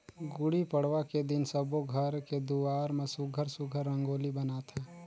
गुड़ी पड़वा के दिन सब्बो घर के दुवार म सुग्घर सुघ्घर रंगोली बनाथे